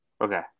Okay